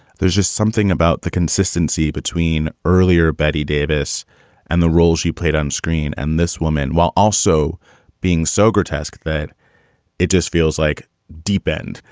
there's just something about the consistency between earlier betty davis and the role she played on screen and this woman, while also being being so grotesque that it just feels like deep end.